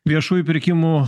viešųjų pirkimų